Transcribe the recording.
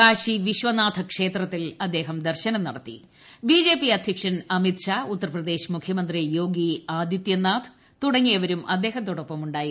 കാശി മണ്ഡലമായ വിശ്വനാഥ ക്ഷേത്രത്തിൽ അദ്ദേഹം ദർശനം നടത്തിട്ടി ബി ജെ പി അധ്യക്ഷൻ അമിത് ഷാ ഉത്തർപ്രദേശ് മുഖൃമന്ത്രി് യോഗി ആദിത്യനാഥ് തുടങ്ങിയവരും അദ്ദേഹത്തോട്ടൊപ്പം ഉണ്ടായിരുന്നു